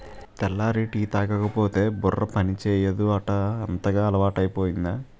తెల్లారి టీ తాగకపోతే బుర్ర పనిచేయదు ఏటౌ అంతగా అలవాటైపోయింది